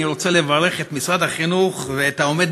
אני רוצה לברך את משרד החינוך ואת העומד